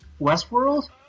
Westworld